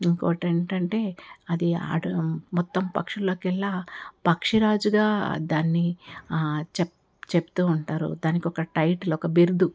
ఇంకోటేంటంటే అది అడు మొత్తం పక్షుల్లోకెల్లా పక్షి రాజుగా దాన్ని చెప్ చెప్తూ ఉంటారు దానికి ఒక టైటిల్ ఒక బిరుదు